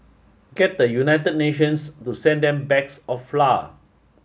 get the United Nations to send them bags of flour